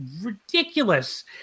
ridiculous